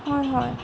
হয় হয়